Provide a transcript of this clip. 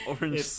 orange